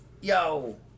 Yo